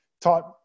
taught